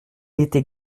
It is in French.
était